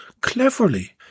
cleverly